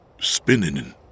Spinning